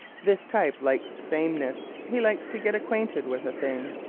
this type likes sameness. he likes to get acquainted with a thing.